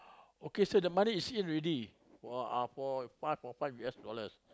okay sir the money is in here already for uh for five or five U_S dollars